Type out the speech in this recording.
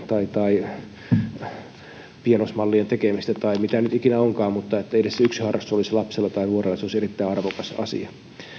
tai tai pienoismallien tekemistä tai mitä nyt ikinä onkaan mutta että edes yksi harrastus olisi lapsella tai nuorella se olisi erittäin arvokas asia